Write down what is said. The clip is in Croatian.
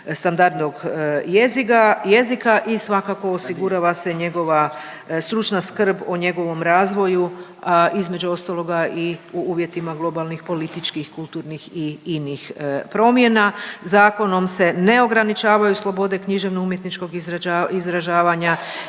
standardnog jezika i svakako, osigurava se njegova stručna skrb o njegovom razvoju, između ostaloga i u uvjetima globalnih političkih, kulturnih i inih promjena. Zakonom se ne ograničavaju slobode književno-umjetničkog izražavanja